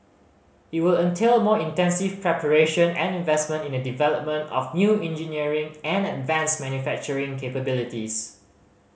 it will entail more intensive preparation and investment in the development of new engineering and advanced manufacturing capabilities